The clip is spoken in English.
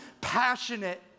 passionate